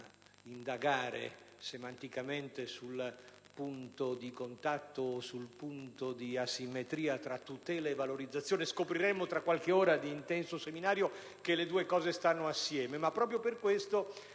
indagare semanticamente sul punto di contatto o sul punto di asimmetria tra tutela e valorizzazione (scopriremmo dopo qualche ora di intenso seminario che i due concetti stanno assieme), ma, proprio per questo,